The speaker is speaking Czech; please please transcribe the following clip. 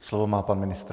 Slovo má pan ministr.